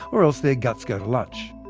or else their guts go to lunch.